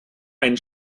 ein